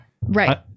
right